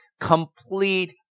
complete